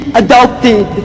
adopted